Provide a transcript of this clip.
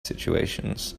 situations